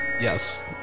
Yes